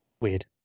Weird